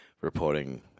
reporting